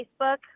Facebook